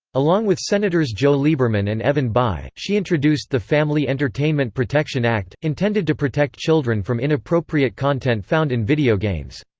along with senators joe lieberman and evan bayh, she introduced the family entertainment protection act, intended to protect children from inappropriate content found in video games.